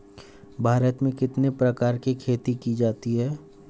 भारत में कितने प्रकार की खेती की जाती हैं?